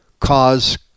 cause